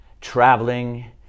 traveling